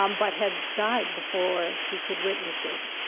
um but had died before he could witness it,